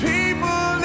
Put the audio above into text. People